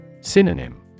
Synonym